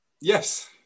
yes